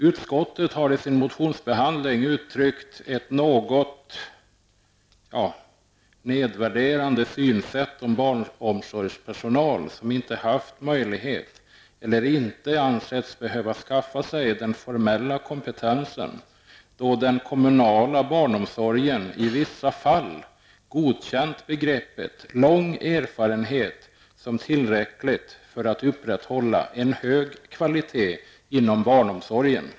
Utskottet har i sin motionsbehandling visat en något nedvärderande syn på barnomsorgspersonal som inte har haft möjlighet att skaffa sig -- eller inte ansett sig behöva skaffa sig -- den formella kompetensen, då den kommunala barnomsorgen i vissa fall godkänt ''lång erfarenhet'' som tillräcklig för att upprätthålla en hög kvalitet inom barnomsorgen.